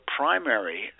primary